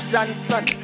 Johnson